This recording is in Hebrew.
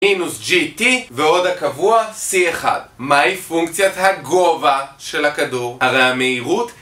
מינוס GT ועוד הקבוע C1. מהי פונקציית הגובה של הכדור? הרי המהירות